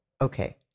okay